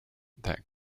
that